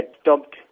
stopped